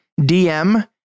DM